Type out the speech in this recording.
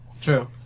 True